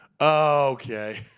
Okay